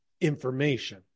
information